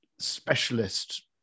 specialist